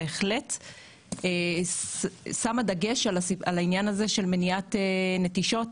בהחלט שמה דגש על העניין הזה של מניעת נטישות.